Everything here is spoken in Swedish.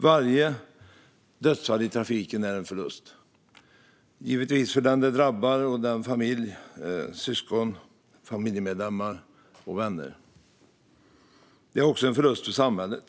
Varje dödsfall i trafiken är en förlust, givetvis för den det drabbar och för familjemedlemmar och vänner. Det är också en förlust för samhället.